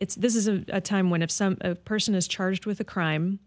it's this is a time when if some person is charged with a crime